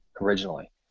originally